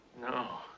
No